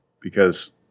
because-